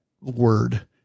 word